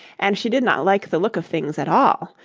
and she did not like the look of things at all,